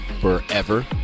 forever